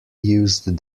used